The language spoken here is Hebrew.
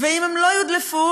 ואם הם לא יודלפו,